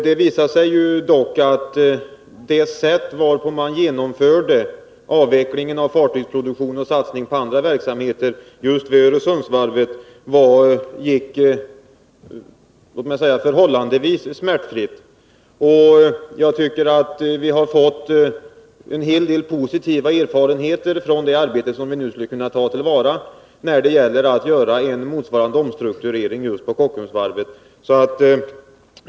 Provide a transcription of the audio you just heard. Det visade sig dock att avvecklingen av fartygsproduktionen och satsningen på annan verksamhet just vid Öresundsvarvet gick, låt mig säga förhåilandevis, smärtfritt. Jag tycker att vi har fått en hel del positiva erfarenheter från det arbetet, som vi skulle kunna ta till vara när vi nu skall göra en motsvarande omstrukturering av Kockums varv.